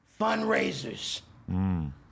Fundraisers